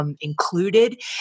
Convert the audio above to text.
included